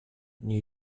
new